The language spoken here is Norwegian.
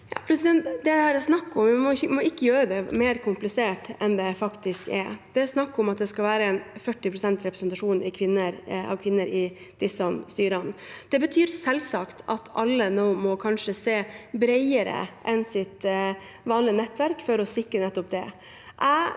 Vi må ikke gjø- re det mer komplisert enn det faktisk er. Det det her er snakk om, er at det skal være 40 pst. representasjon av kvinner i disse styrene. Det betyr selvsagt at alle nå kanskje må se bredere enn sitt vanlige nettverk for å sikre nettopp det.